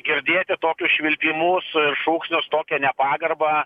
girdėti tokius švilpimus ir šūksnius tokią nepagarbą